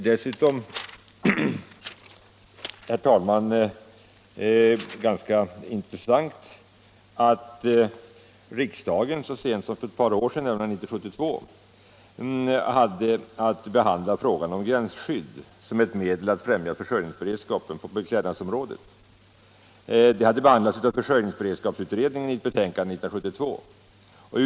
Dessutom är det intressant att riksdagen så sent som för ett par år sedan, nämligen 1972, behandlade frågan om gränsskydd som ett medel att främja försörjningsberedskapen på beklädnadsområdet. Den frågan behandlades av försörjningsberedskapsutredningen, som avgav sitt betänkande 1972.